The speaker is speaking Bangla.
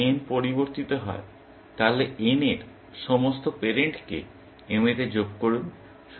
যদি n পরিবর্তিত হয় তাহলে n এর সমস্ত প্যারেন্ট কে m তে যোগ করুন